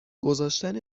گذاشتن